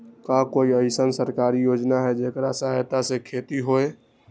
का कोई अईसन सरकारी योजना है जेकरा सहायता से खेती होय?